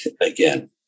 again